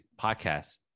podcast